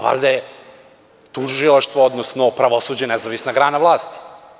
Valjda je tužilaštvo, odnosno pravosuđe nezavisna grana vlasti.